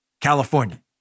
California